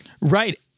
Right